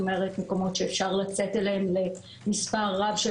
מקומות שאפשר לצאת אליהם למספר רב של